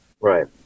right